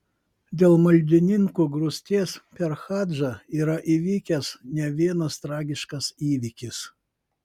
dėl maldininkų grūsties per hadžą yra įvykęs ne vienas tragiškas įvykis